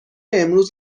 امروز